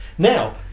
Now